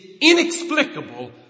inexplicable